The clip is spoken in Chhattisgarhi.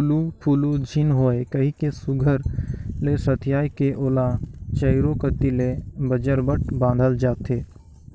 उलु फुलु झिन होए कहिके सुघर ले सथियाए के ओला चाएरो कती ले बजरबट बाधल जाथे